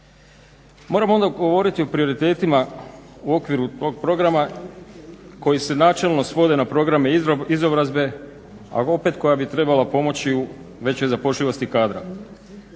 Moramo onda govoriti o prioritetima u okviru tog programa koji se načelno svode na programe izobrazbe, a opet koja bi trebala pomoći u većoj zapošljivosti kadra.